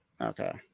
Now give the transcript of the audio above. Okay